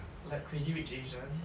like crazy rich asians